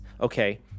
okay